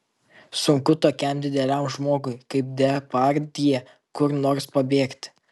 sunku tokiam dideliam žmogui kaip depardjė kur nors pabėgti